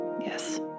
Yes